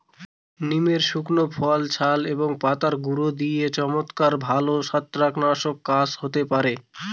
নিমের শুকনো ফল, ছাল এবং পাতার গুঁড়ো দিয়ে চমৎকার ভালো ছত্রাকনাশকের কাজ হতে পারে